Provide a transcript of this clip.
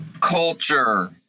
culture